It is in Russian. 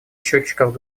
счетчиков